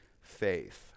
faith